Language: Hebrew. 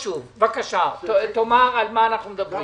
בבקשה, תאמר על מה אנחנו מדברים.